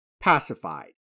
pacified